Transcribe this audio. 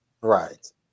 right